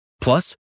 Plus